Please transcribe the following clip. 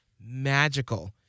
magical